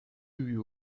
you